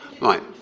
Right